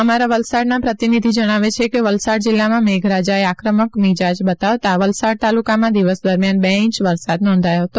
અમારા વલસાડના પ્રતિનિધિ જણાવે છે કે વલસાડ જિલ્લામાં મેઘરાજાએ આક્રમક મિજાજ બતાવતા વલસાડ તાલુકામાં દિવસ દરમિથાન બે ઇંચ વરસાદ નોંધાથો હતો